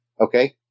Okay